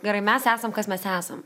gerai mes esam kas mes esam